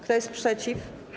Kto jest przeciw?